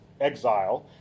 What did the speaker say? exile